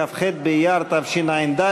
כ"ח באייר תשע"ד,